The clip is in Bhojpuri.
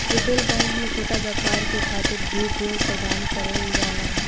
रिटेल बैंक में छोटा व्यापार के खातिर भी ऋण प्रदान करल जाला